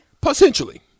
Potentially